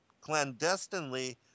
clandestinely